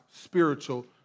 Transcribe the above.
spiritual